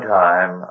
time